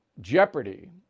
Jeopardy